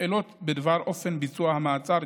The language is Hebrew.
שאלות בדבר אופן ביצוע המעצר,